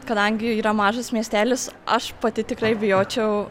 kadangi yra mažas miestelis aš pati tikrai bijočiau